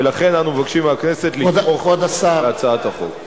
ולכן אנו מבקשים מהכנסת לתמוך בהצעת החוק.